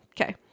Okay